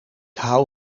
hou